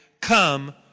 Come